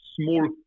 small